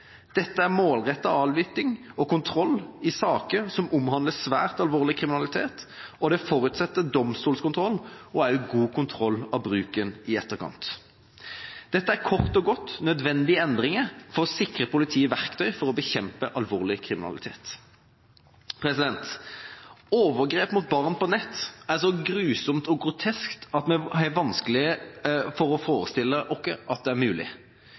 Dette er målrettet avlytting og kontroll i saker som omhandler svært alvorlig kriminalitet, og det forutsetter domstolskontroll og også god kontroll av bruken i etterkant. Dette er kort og godt nødvendige endringer for å sikre politiet verktøy til å bekjempe alvorlig kriminalitet. Overgrep mot barn på nett er så grusomt og grotesk at vi har vanskelig for å forestille oss at det er mulig.